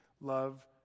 Love